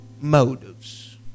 motives